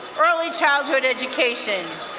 early childhood education.